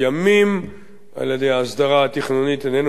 על-ידי ההסדרה התכנונית איננו משנים דבר.